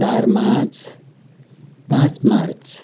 चार मार्च पाँच मार्च